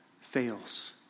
fails